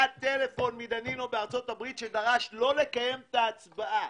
היה טלפון מדנינו בארצות הברית שדרש לא לקיים את ההצבעה.